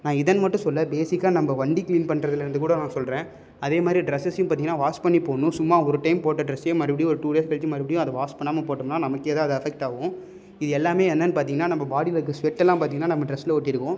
நான் இதைன்னு மட்டும் சொல்லல பேசிக்காக நம்ம வண்டி க்ளீன் பண்ணுறதுல இருந்து கூட நான் சொல்கிறேன் அதே மாதிரி டிரெஸ்ஸஸையும் பார்த்திங்கனா வாஷ் பண்ணி போடணும் சும்மா ஒரு டைம் போட்ட டிரெஸ்ஸையே மறுபடி ஒரு டூ டேஸ் கழித்து மறுபடியும் அதை வாஷ் பண்ணாமல் போட்டோம்னா நமக்கே தான் அது அஃபெக்ட் ஆகும் இது எல்லாம் என்னன்னு பார்த்திங்கனா நம்ம பாடியில் இருக்க ஸ்வெட் எல்லாம் பார்த்திங்கனா நம்ம டிரெஸ்ஸில் ஒட்டியிருக்கும்